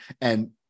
and-